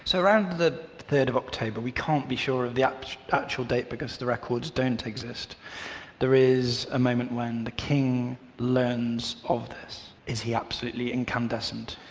so around the third of october, we can't be sure of the ah actual date because the records don't exist there is a moment when the king learns of this. is he absolutely incandescent?